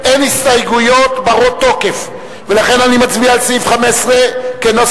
ההסתייגות של קבוצת סיעת חד"ש, קבוצת